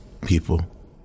people